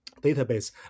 database